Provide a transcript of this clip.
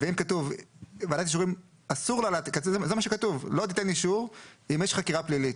כתוב שלוועדת האישורים אסור לתת אישור אם יש חקירה פלילית.